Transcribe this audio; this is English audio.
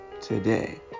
today